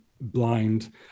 blind